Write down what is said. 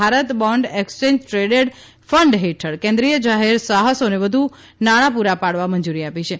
Bharat bond exchange traded fund હેઠળ કેન્દ્રિય જાહેર સાહસોને વધુ નામાં પૂરા પાડવા મંજૂરી આપી છે